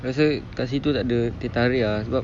rasa dekat situ tak ada teh tarik ah sebab